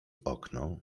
okno